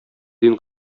дин